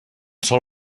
sol